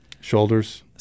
Shoulders